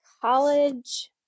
college